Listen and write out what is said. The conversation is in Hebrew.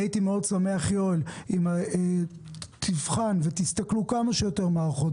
הייתי שמח מאוד אם תבחן ותסתכלו על כמה שיותר מערכות.